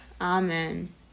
Amen